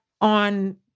on